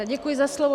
Děkuji za slovo.